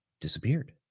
disappeared